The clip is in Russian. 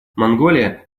монголия